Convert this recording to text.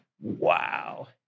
Wow